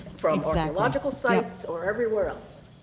from archeological sites or everywhere else.